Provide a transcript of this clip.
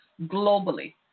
globally